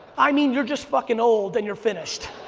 i mean you're just fucking old and you're finished.